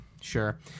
Sure